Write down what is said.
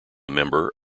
member